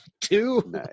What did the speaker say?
Two